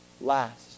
last